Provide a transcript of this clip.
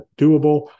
doable